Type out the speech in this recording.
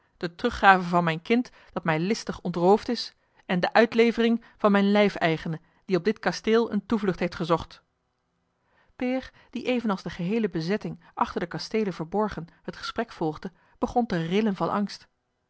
de teruggave van mijn kind dat mij listig ontroofd is en de uitlevering van mijn lijfeigene die op dit kasteel eene toevlucht heeft gezocht peer die evenals de geheele bezetting achter de kanteelen verborgen het gesprek volgde begon te rillen van angst